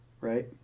right